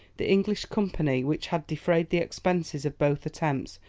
the english company, which had defrayed the expenses of both attempts,